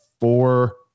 four